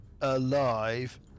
alive